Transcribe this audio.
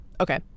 okay